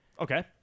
Okay